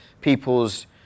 people's